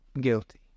Guilty